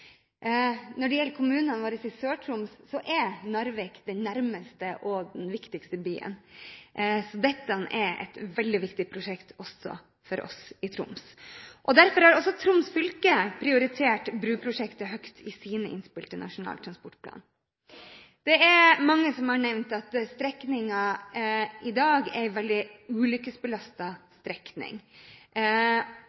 Når det gjelder kommunene våre i Sør-Troms, er Narvik den nærmeste og viktigste byen, så dette er et veldig viktig prosjekt også for oss i Troms. Derfor har også Troms fylke prioritert bruprosjektet høyt i sine innspill til Nasjonal transportplan. Det er mange som har nevnt at strekningen i dag er en veldig